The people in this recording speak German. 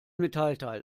metallteil